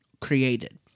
created